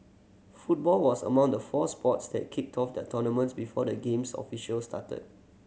football was among the four sports that kicked off their tournaments before the Games officially started